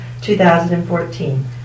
2014